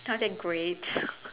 not that great